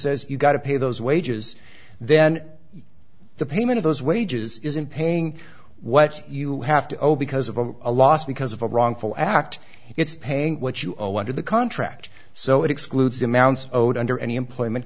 says you got to pay those wages then the payment of those wages isn't paying what you have to obey because of a a loss because of a wrongful act it's paying what you owe under the contract so it excludes amounts oda under any employment